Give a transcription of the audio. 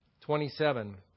twenty-seven